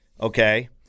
okay